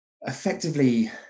Effectively